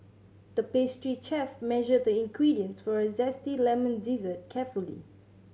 the pastry chef measured the ingredients for a zesty lemon dessert carefully